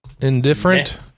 indifferent